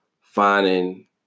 finding